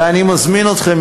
ואני מזמין אתכם,